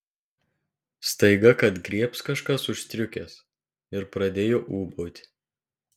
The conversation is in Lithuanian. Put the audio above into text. staiga kad griebs kažkas už striukės ir pradėjo ūbauti